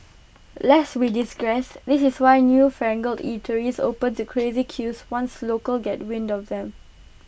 lest we digress this is why newfangled eateries open to crazy queues once locals get wind of them